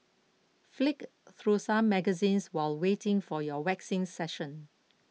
flick through some magazines while waiting for your waxing session